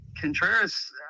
Contreras